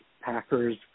Packers